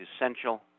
essential